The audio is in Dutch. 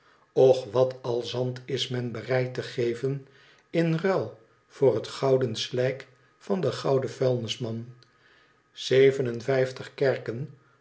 och wat al zand is men bereid te geven in ruil voor het gouden slijk van den gouden vuilnisman zeven en vijftig kerken